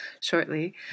shortly